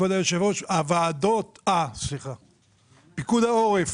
כבוד היושב-ראש, פיקוד העורף